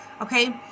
okay